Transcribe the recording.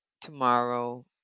tomorrow